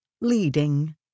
leading